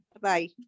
Bye